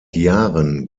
jahren